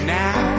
now